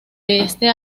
este